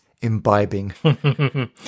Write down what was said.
imbibing